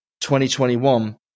2021